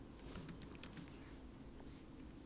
你的 curly 是多 curly